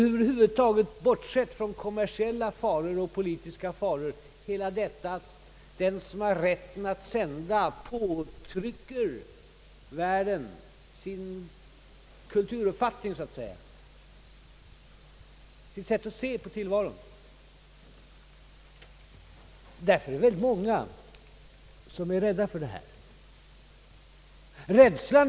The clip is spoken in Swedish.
över huvud taget finns det — bortsett från kommersiella och politiska faror — risker för att den som har rätten att sända påtrycker världen sin kulturuppfattning, sitt sätt att se på tillvaron. Därför finns det många som är rädda för en sådan utveckling.